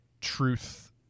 truth